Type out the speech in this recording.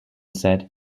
said